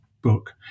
book